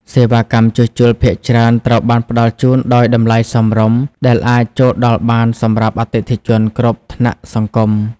សេវាកម្មជួសជុលភាគច្រើនត្រូវបានផ្តល់ជូនដោយតម្លៃសមរម្យ ដែលអាចចូលដល់បានសម្រាប់អតិថិជនគ្រប់ថ្នាក់សង្គម។